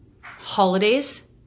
holidays